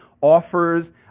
offers